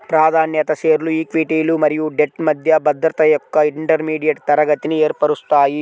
ప్రాధాన్యత షేర్లు ఈక్విటీలు మరియు డెట్ మధ్య భద్రత యొక్క ఇంటర్మీడియట్ తరగతిని ఏర్పరుస్తాయి